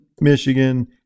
Michigan